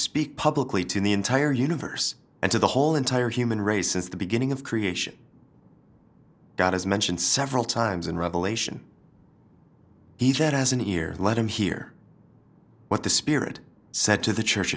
speak publicly to the entire universe and to the whole entire human race since the beginning of creation god is mentioned several times in revelation he has an ear let him hear what the spirit said to the church